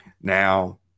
Now